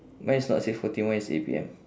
mine is not six forty mine is eight P_M